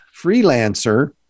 freelancer